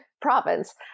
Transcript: province